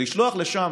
לשלוח לשם